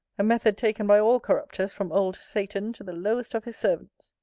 a method taken by all corrupters, from old satan, to the lowest of his servants.